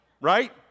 Right